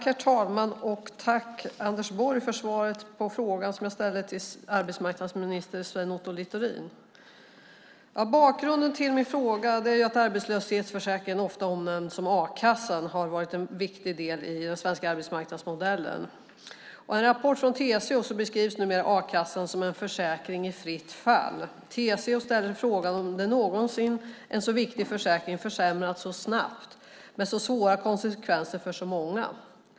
Herr talman! Tack för svaret på frågan som jag ställde till arbetsmarknadsminister Sven Otto Littorin, Anders Borg! Bakgrunden till min fråga är att arbetslöshetsförsäkringen, ofta omnämnd som a-kassan, har varit en viktig del i den svenska arbetsmarknadsmodellen. I en rapport från TCO beskrivs numera a-kassan som en försäkring i fritt fall. TCO ställer frågan om någonsin en så viktig försäkring försämrats så snabbt med så svåra konsekvenser för så många.